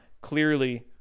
Clearly